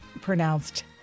pronounced